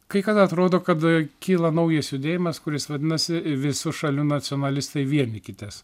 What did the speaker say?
kai kada atrodo kad kyla naujas judėjimas kuris vadinasi visų šalių nacionalistai vienykitės